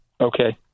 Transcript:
Okay